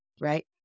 Right